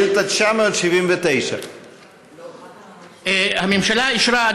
שאילתה 979. הממשלה אישרה,